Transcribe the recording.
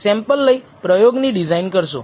sample લઇ પ્રયોગની design કરશો